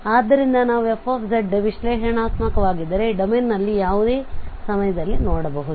ಆದ್ದರಿಂದ ನಾವು f ವಿಶ್ಲೇಷಣಾತ್ಮಕವಾಗಿದ್ದರೆ ಡೊಮೇನ್ನಲ್ಲಿ ಯಾವುದೇ ಸಮಯದಲ್ಲಿ ನೋಡಬಹುದು